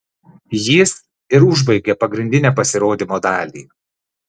jis ir užbaigė pagrindinę pasirodymo dalį